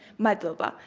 madloba.